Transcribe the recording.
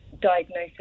diagnosis